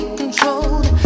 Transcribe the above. controlled